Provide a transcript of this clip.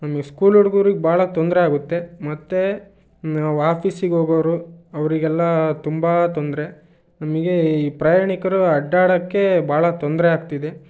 ನಮ್ಮ ಈ ಸ್ಕೂಲ್ ಹುಡ್ಗುರಿಗೆ ಭಾಳ ತೊಂದರೆ ಆಗುತ್ತೆ ಮತ್ತು ನಾವು ಆಫೀಸಿಗೆ ಹೋಗೋವ್ರು ಅವರಿಗೆಲ್ಲ ತುಂಬ ತೊಂದರೆ ನಮಗೆ ಈ ಪ್ರಯಾಣಿಕರು ಅಡ್ಡಾಡೋಕ್ಕೆ ಭಾಳ ತೊಂದರೆ ಆಗ್ತಿದೆ